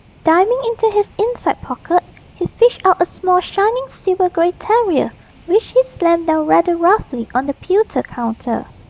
diving into his inside pocket he fished out a small shining silver-grey terrier which he slammed down rather roughly on the pewter counter.